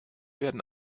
wurden